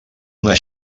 una